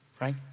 Right